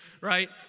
right